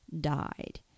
died